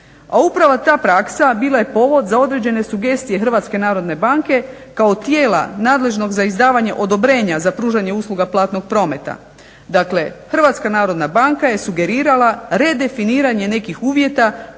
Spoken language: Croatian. a upravo ta praksa bila je povod za određene sugestije Hrvatske narodne banke kao tijela nadležnog za izdavanje odobrenja za pružanje usluga platnog prometa. Dakle, Hrvatska narodna banka je sugerirala redefiniranje nekih uvjeta